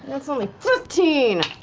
that's only fifteen.